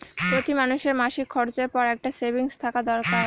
প্রতি মানুষের মাসিক খরচের পর একটা সেভিংস থাকা দরকার